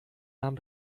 nahm